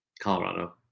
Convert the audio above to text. Colorado